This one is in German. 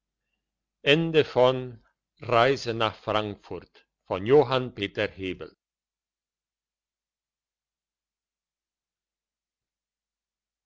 nach frankfurt in